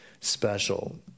special